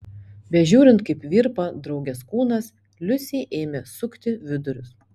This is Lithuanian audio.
bežiūrint kaip virpa draugės kūnas liusei ėmė sukti vidurius